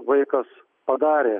vaikas padarė